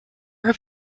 have